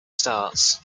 starts